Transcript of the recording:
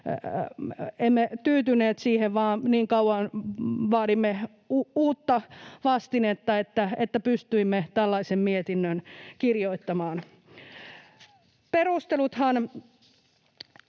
emme tyytyneet siihen, vaan niin kauan vaadimme uutta vastinetta, että pystyimme tällaisen mietinnön kirjoittamaan. Perusteluthan